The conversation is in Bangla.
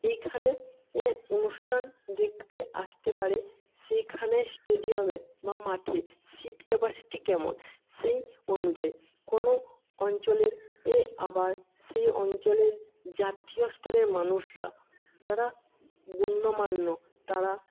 এইখানে অনুষ্ঠান দেখতে আসতে পারে সেইখানে স্টেডিয়ামে বা মাঠে সিট ক্যাপাসিটি কেমন সেই অনুযায়ী কোনো অঞ্চলের আবার সেই অঞ্চলের জাতীয় স্তরের মানুষরা যারা গণ্যমান্য তারা